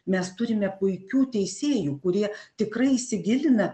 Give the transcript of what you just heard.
mes turime puikių teisėjų kurie tikrai įsigilina